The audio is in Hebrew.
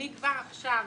אני כבר עכשיו